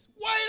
wait